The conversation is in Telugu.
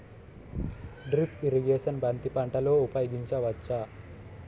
డ్రిప్ ఇరిగేషన్ బంతి పంటలో ఊపయోగించచ్చ?